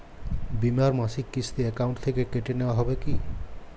বিমার মাসিক কিস্তি অ্যাকাউন্ট থেকে কেটে নেওয়া হবে কি?